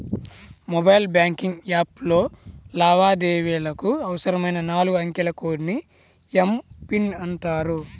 mobile banking యాప్లో లావాదేవీలకు అవసరమైన నాలుగు అంకెల కోడ్ ని ఎమ్.పిన్ అంటారు